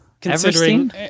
considering